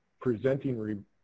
presenting